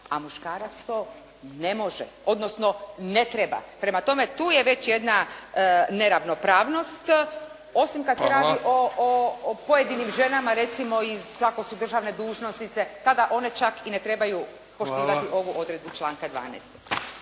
a muškarac to ne može, odnosno ne treba. Prema tome, tu je već jedna neravnopravnost, osim kad se radi o pojedinim ženama recimo iz, ako su državne dužnosnice, pa da one čak i ne trebaju poštivati ovu odredbu članka 12.